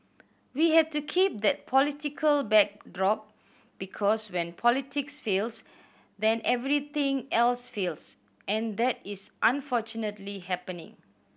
we have to keep that political backdrop because when politics fails then everything else fails and that is unfortunately happening